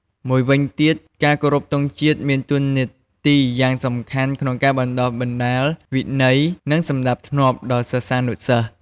មួយវិញទៀត ការគោរពទង់ជាតិមានតួនាទីយ៉ាងសំខាន់ក្នុងការបណ្តុះបណ្តាល វិន័យ និងសណ្តាប់ធ្នាប់ ដល់សិស្សានុសិស្ស។